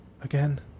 Again